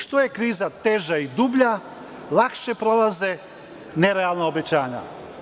Što je kriza teža i dublja, lakše prolaze nerealna obećanja.